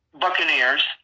Buccaneers